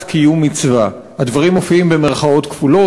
קיום מצווה" הדברים מופיעים במירכאות כפולות,